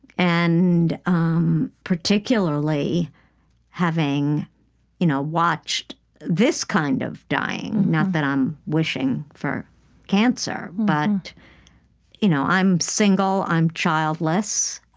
and um particularly having you know watched this kind of dying, not that i'm wishing for cancer, but you know i'm single, i'm childless,